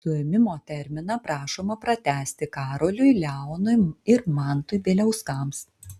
suėmimo terminą prašoma pratęsti karoliui leonui ir mantui bieliauskams